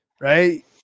Right